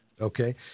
Okay